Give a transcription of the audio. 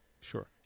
Sure